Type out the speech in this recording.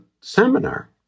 seminar